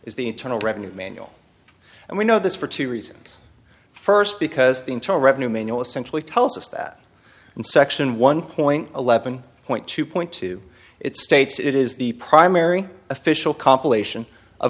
is the internal revenue manual and we know this for two reasons first because the internal revenue manual essentially tells us that in section one point eleven point two point two it states it is the primary official compilation of